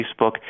Facebook